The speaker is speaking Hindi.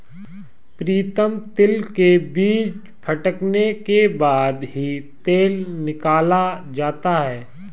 प्रीतम तिल के बीज फटने के बाद ही तेल निकाला जाता है